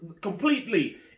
completely